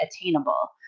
attainable